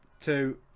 two